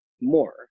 more